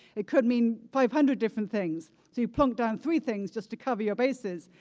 it could mean five hundred different things. so you plonk down three things just to cover your bases,